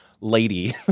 lady